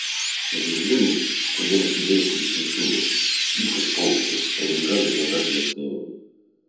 gyvūnų kuriems grėsė išnykimas ypač paukščių rinka visada klestėjo